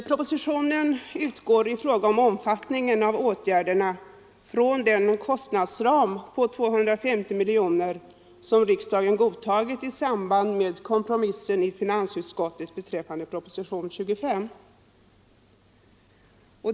Propositionen utgår i fråga om omfattningen av åtgärderna från den kostnadsram på 250 miljoner kronor som riksdagen godtagit i samband med kompromissen i finansutskottet beträffande propositionen 25.